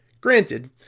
Granted